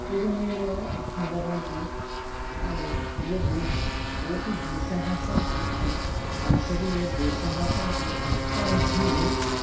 एवमेव हा वदन्ति यदि कोपि दोषाः सन्ति शरीरे दोषाः सन्ति तर्हि